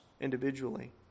individually